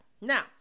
Now